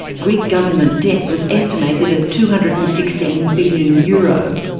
greek government debt was estimated at two hundred and sixteen billion euro.